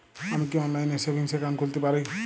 আমি কি অনলাইন এ সেভিংস অ্যাকাউন্ট খুলতে পারি?